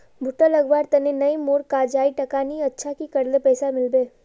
भुट्टा लगवार तने नई मोर काजाए टका नि अच्छा की करले पैसा मिलबे?